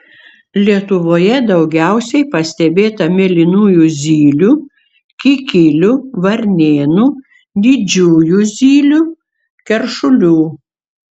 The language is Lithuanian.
lietuvoje daugiausiai pastebėta mėlynųjų zylių kikilių varnėnų didžiųjų zylių keršulių